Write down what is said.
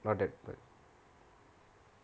not that